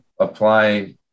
Apply